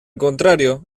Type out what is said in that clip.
contrario